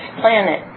planet